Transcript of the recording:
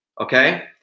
okay